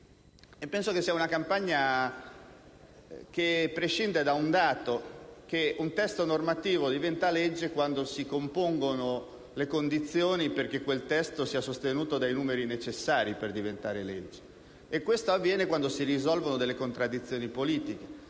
sbagliata, ingiusta, che prescinde da un dato e cioè che un testo normativo diventa legge quando si compongono le condizioni perché quel testo sia sostenuto dai numeri necessari per diventare legge. E ciò avviene quando si risolvono delle contraddizioni politiche